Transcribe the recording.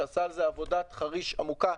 שעשה על זה עבודת חריש עמוקה.